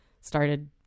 started